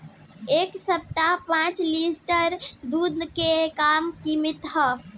एह सप्ताह पाँच लीटर दुध के का किमत ह?